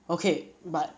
okay but